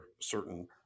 certain